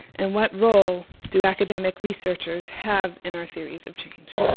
and what role do academic researchers have in our theories of change.